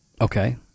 Okay